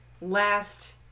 last